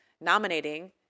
nominating